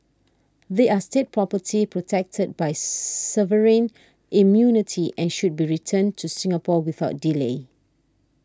they are State property protected by sovereign immunity and should be returned to Singapore without delay